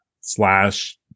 slash